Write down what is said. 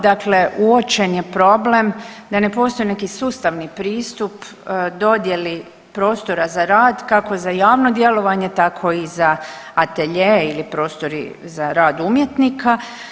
Dakle, uočen je problem da ne postoji neki sustavni pristup dodjeli prostora za rad kako za javno djelovanje tako i za atelje ili prostori za rad umjetnika.